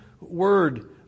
word